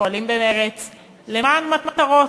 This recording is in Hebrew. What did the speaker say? פועלים במרץ למען מטרות,